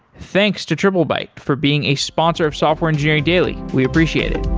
thanks to triplebyte for being a sponsor of software engineering daily. we appreciate it.